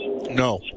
no